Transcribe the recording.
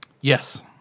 Yes